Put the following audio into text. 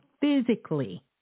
physically